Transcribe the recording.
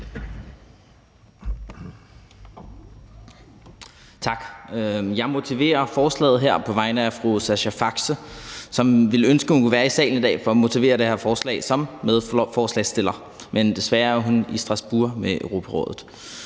Tak. Jeg motiverer forslaget her på vegne af fru Sascha Faxe, som ville ønske, at hun kunne være i salen i dag for at motivere det her forslag som medforslagsstiller, men desværre er hun i Strasbourg med Europarådet.